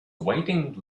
waiting